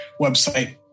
website